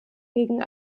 gegen